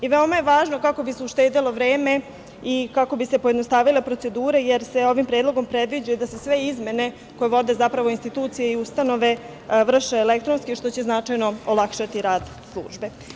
I, veoma je važno kako bi se uštedelo vreme i kako bi se pojednostavila procedura, jer se ovim predlogom predviđa da se sve izmene koje vode, zapravo, institucije i ustanove, vrše elektronski, što će značajno olakšati rad službe.